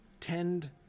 tend